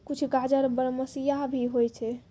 कुछ गाजर बरमसिया भी होय छै